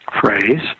phrase